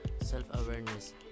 self-awareness